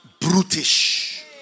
brutish